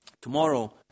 tomorrow